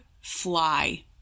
fly